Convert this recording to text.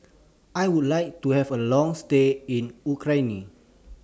I Would like to Have A Long stay in Ukraine